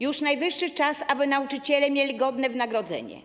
Już najwyższy czas, aby nauczyciele mieli godne wynagrodzenie.